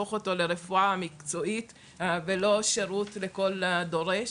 ולהפוך אותו לרפואה מקצועית ולא שירות לכל דורש.